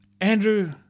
Andrew